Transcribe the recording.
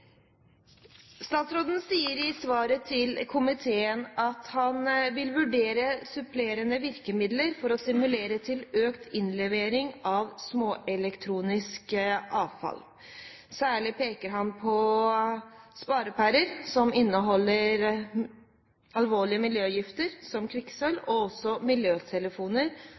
Statsråden sier i svaret til komiteen at han vil vurdere supplerende virkemidler for å stimulere til økt innlevering av småelektronisk avfall. Særlig peker han på sparepærer som inneholder alvorlige miljøgifter, som kvikksølv, og også